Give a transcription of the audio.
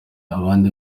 abandi